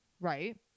Right